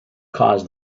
caused